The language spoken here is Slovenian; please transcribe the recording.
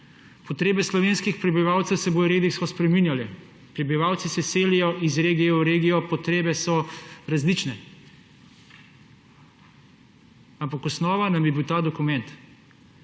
Potrebe slovenskih prebivalcev se bodo regijsko spreminjale. Prebivalci se selijo iz regije v regijo, potrebe so različne, ampak osnova nam je bil ta dokument.